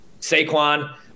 Saquon